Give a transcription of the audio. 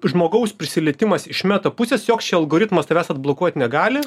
žmogaus prisilietimas iš meta pusės joks algoritmas tavęs atblokuot negali